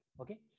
okay